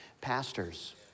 pastors